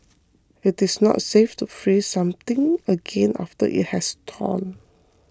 it is not safe to freeze something again after it has thawed